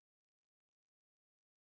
oh we rarely talk yeah